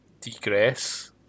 degress